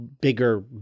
bigger